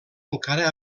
encara